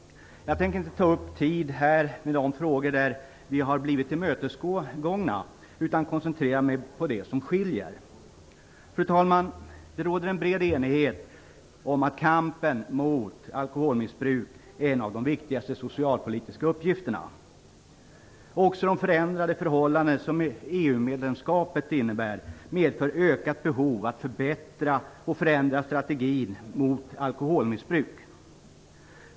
Jag tänker inte ta upp tid med de frågor där man har tillmötesgått oss, utan koncentrerar mig på det som skiljer. Fru talman! Det råder en bred enighet om att kampen mot alkoholmissbruk är en av de viktigaste socialpolitiska uppgifterna. Också de förändrade förhållanden som EU-medlemskapet innebär medför ökat behov av att förbättra och förändra strategin mot alkoholmissbruk.